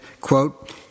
quote